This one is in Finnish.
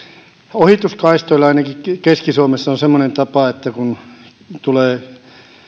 ohituskaistoilla ainakin keski suomessa on semmoinen tapa että kun tulee